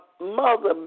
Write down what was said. mother